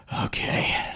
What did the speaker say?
okay